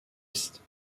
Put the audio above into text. ist